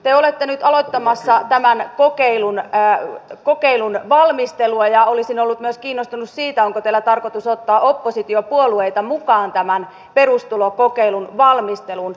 te olette nyt aloittamassa tämän kokeilun valmistelua ja olisin ollut kiinnostunut myös siitä onko teillä tarkoitus ottaa oppositiopuolueita mukaan tämän perustulokokeilun valmisteluun